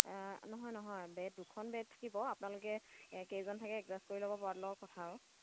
নহয় নহয় বেড দুখন বেডছ থাকিব আপোনালোকে কেইজন থাকে এডজাষ্ট কৰি ল'ব পৰাটোৰ লগত কথা আৰু